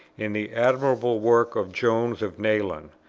and the admirable work of jones of nayland,